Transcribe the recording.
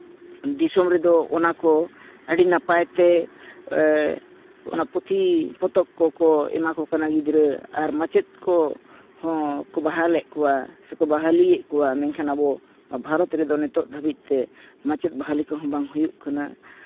ᱫᱤᱥᱚᱢ ᱨᱮᱫᱚ ᱚᱱᱟ ᱠᱚ ᱟᱹᱰᱤ ᱱᱟᱯᱟᱭ ᱛᱮ ᱚᱱᱟ ᱯᱩᱛᱷᱤ ᱯᱚᱛᱚᱵ ᱠᱚᱠᱚ ᱮᱢᱟ ᱠᱚ ᱠᱟᱱᱟ ᱜᱤᱫᱽᱨᱟᱹ ᱟᱨ ᱢᱟᱪᱮᱫ ᱠᱚᱦᱚᱸ ᱠᱚ ᱵᱟᱦᱟᱞᱮᱫ ᱠᱚᱣᱟ ᱥᱮ ᱵᱟᱦᱟᱞᱤᱭᱮᱫ ᱠᱚᱣᱟ ᱢᱮᱱᱠᱷᱟᱱ ᱟᱵᱚ ᱵᱷᱟᱨᱚᱛ ᱨᱮᱫᱚ ᱱᱤᱛᱚᱜ ᱫᱷᱟᱹᱵᱤᱡ ᱛᱮ ᱢᱟᱪᱮᱫ ᱵᱟᱦᱟᱞᱤ ᱠᱚᱦᱚᱸ ᱵᱟᱝ ᱦᱩᱭᱩᱜ ᱠᱟᱱᱟ